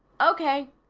okay,